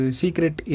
secret